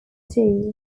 two